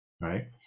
right